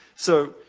so,